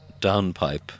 downpipe